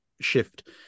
shift